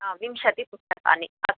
आं विंशति पुस्तकानि अस्तु